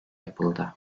yapıldı